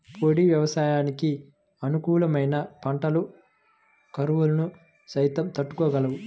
పొడి వ్యవసాయానికి అనుకూలమైన పంటలు కరువును సైతం తట్టుకోగలవు